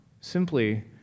simply